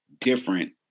different